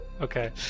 Okay